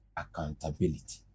accountability